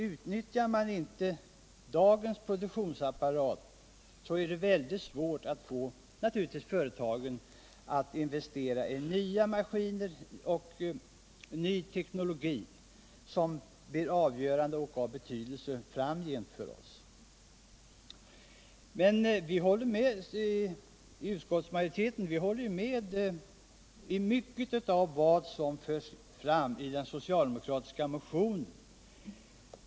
Utnyttjar man inte dagéns produktionsapparat är det trots allt mycket svårt att få företagen att investera I nya maskiner och ny teknologi, som framgent för oss blir avgörande. Men utskottsmajoriteten håller med om mycket som framförs i den socialdemokratiska motionen.